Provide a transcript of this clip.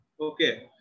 Okay